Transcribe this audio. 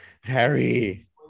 Harry